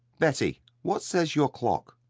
betty, what says your clock?